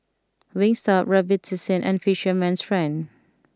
Wingstop Robitussin and Fisherman's friend